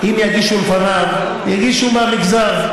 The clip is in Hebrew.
אם יגישו לפניו, יגישו מהמגזר,